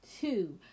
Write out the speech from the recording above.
Two